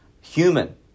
human